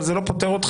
אבל זה לא פותר אתכם.